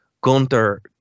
Gunther